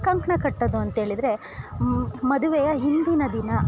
ಕಂಕಣ ಕಟ್ಟೋದು ಅಂತೆಳಿದರೆ ಮದುವೆಯ ಹಿಂದಿನ ದಿನ